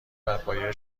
برپایه